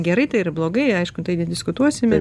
gerai tai ar blogai aišku tai nediskutuosime